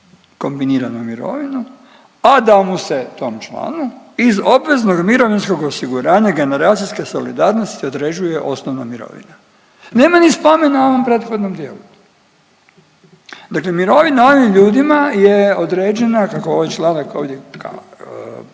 kombiniranu mirovinu, a da mu se tom članu, iz obveznog mirovinskog osiguranja generacijske solidarnosti određuje osnovna mirovina. Nema ni spomena o ovom prethodnom dijelu. Dakle mirovina ovim ljudima je određena kako ovaj članak ovdje,